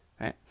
Right